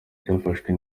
cyafashwe